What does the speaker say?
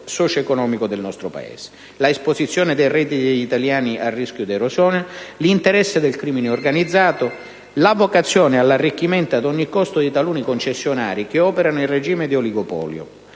socioeconomico del nostro Paese: l'esposizione dei redditi degli italiani al rischio dell'erosione; l'interesse del crimine organizzato; la vocazione all'arricchimento ad ogni costo di taluni concessionari che operano in regime di oligopolio;